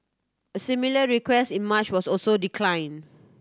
a similar request in March was also declined